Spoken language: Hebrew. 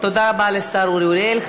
תודה רבה לשר אורי אריאל.